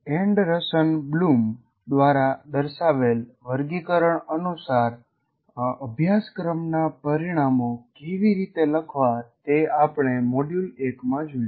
Anderson Bloom દ્વારા દર્શાવેલ વર્ગીકરણ અનુસાર અભ્યાસક્રમના પરિણામો કેવી રીતે લખવા તે આપણે મોડ્યુલ 1 માં જોયું